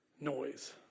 noise